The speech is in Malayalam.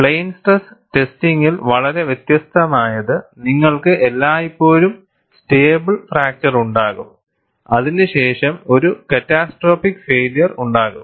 പ്ലെയിൻ സ്ട്രെസ് ടെസ്റ്റിംഗിൽ വളരെ വ്യത്യസ്തമായത് നിങ്ങൾക്ക് എല്ലായ്പ്പോഴും സ്റ്റേബിൾ ഫ്രാക്ചർ ഉണ്ടാകും അതിനുശേഷം ഒരു ക്യാറ്റസ്ട്രോപ്പിക് ഫൈയില്യർ ഉണ്ടാകും